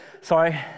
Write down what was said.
sorry